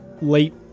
late